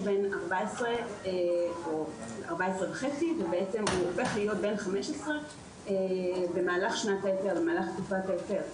הוא בן 14.5 והוא הופך להיות בן 15 במהלך התקופה של ההיתר.